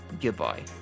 Goodbye